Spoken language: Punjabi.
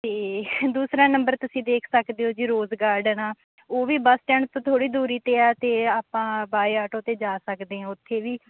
ਅਤੇ ਦੂਸਰਾ ਨੰਬਰ ਤੁਸੀਂ ਦੇਖ ਸਕਦੇ ਹੋ ਜੀ ਰੋਜ਼ ਗਾਰਡਨ ਆ ਉਹ ਵੀ ਬੱਸ ਸਟੈਂਡ ਤੋਂ ਥੋੜ੍ਹੀ ਦੂਰੀ 'ਤੇ ਆ ਅਤੇ ਆਪਾਂ ਬਾਏ ਆਟੋ 'ਤੇ ਜਾ ਸਕਦੇ ਹਾਂ ਉੱਥੇ ਵੀ